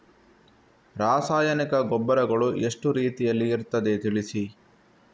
ರಾಸಾಯನಿಕ ಗೊಬ್ಬರಗಳು ಎಷ್ಟು ರೀತಿಯಲ್ಲಿ ಇರ್ತದೆ ತಿಳಿಸಿ?